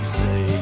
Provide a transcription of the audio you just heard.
say